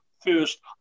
first